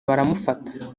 baramufata